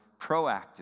proactive